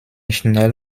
schnell